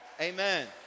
amen